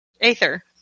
Aether